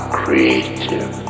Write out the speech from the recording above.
creative